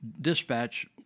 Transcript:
dispatch